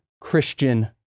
Christian